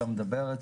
לא מדברת,